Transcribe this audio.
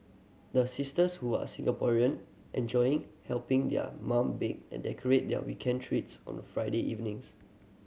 the sisters who are Singaporean enjoy helping their mum bake and decorate their weekend treats on Friday evenings